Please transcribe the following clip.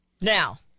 Now